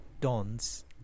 dons